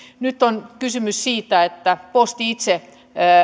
nyt on kysymys siitä että posti itse